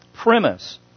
premise